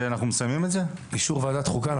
מה